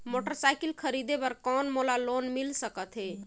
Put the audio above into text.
Motorcycle खरीदे बर कौन मोला लोन मिल सकथे?